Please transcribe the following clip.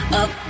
up